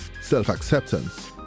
self-acceptance